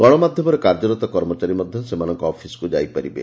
ଗଣମାଧ୍ଧମରେ କାର୍ଯ୍ୟରତ କର୍ମଚାରୀ ମଧ୍ଧ ସେମାନଙ୍କ ଅଫିସକୁ ଯାଇପାରିବେ